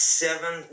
seven